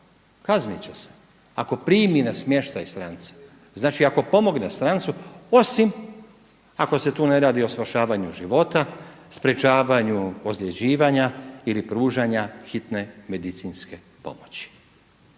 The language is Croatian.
kaznit će se ako primi na smještaj stranca, znači ako pomogne strancu osim ako se tu ne radi o svršavanju života, sprječavanju ozljeđivanja ili pružanja hitne medicinske pomoći.